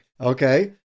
okay